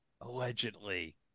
Allegedly